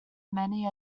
many